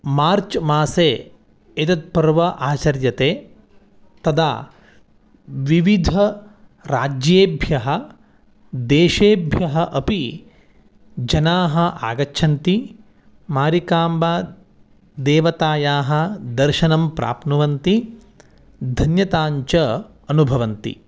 मार्च् मासे एतत् पर्व आचर्यते तदा विविध राज्येभ्यः देशेभ्यः अपि जनाः आगच्छन्ति मारिकाम्बा देवतायाः दर्शनं प्राप्नुवन्ति धन्यताञ्च अनुभवन्ति